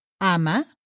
ama